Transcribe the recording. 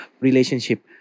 relationship